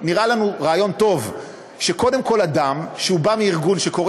נראה לנו רעיון טוב שקודם כול אדם מארגון שקורא